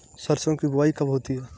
सरसों की बुआई कब होती है?